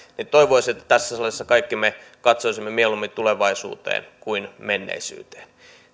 niin toivoisin että tässä salissa kaikki me katsoisimme mieluummin tulevaisuuteen kuin menneisyyteen